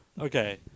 okay